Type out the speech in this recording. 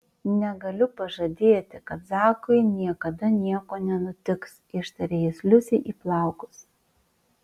negaliu pažadėti kad zakui niekada nieko nenutiks ištarė jis liusei į plaukus